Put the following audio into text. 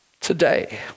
today